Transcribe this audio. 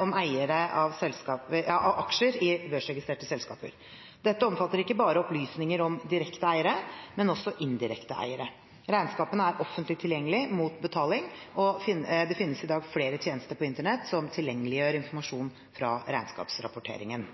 om eiere av aksjer i børsregistrerte selskaper. Dette omfatter ikke bare opplysninger om direkte eiere, men også indirekte eiere. Regnskapene er offentlig tilgjengelig mot betaling, og det finnes i dag flere tjenester på internett som tilgjengeliggjør informasjon fra regnskapsrapporteringen.